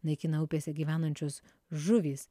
naikina upėse gyvenančios žuvys